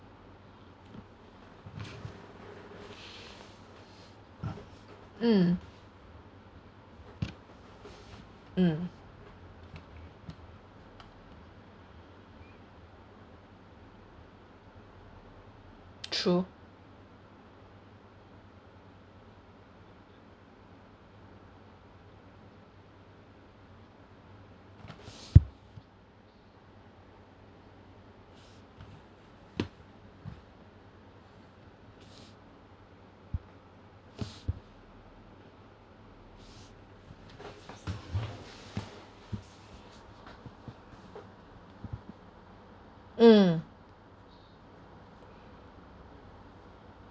mm mm true mm